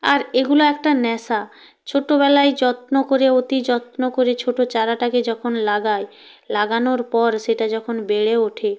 আর এগুলো একটা নেশা ছোটবেলায় যত্ন করে অতি যত্ন করে ছোট চারাটাকে যখন লাগাই লাগানোর পর সেটা যখন বেড়ে ওঠে